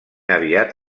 aviat